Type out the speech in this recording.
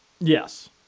Yes